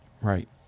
right